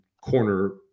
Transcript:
corner